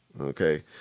okay